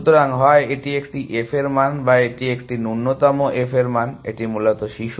সুতরাং হয় এটি একটি f এর মান বা এটি একটি ন্যূনতম f এর মান এটি মূলত শিশু